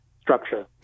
structure